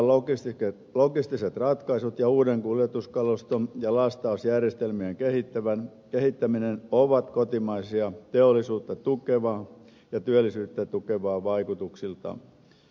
bioenergian logistiset ratkaisut ja uuden kuljetuskaluston ja lastausjärjestelmien kehittäminen ovat kotimaista teollisuutta tukevaa ja työllisyyttä tukevaa vaikutuksiltaan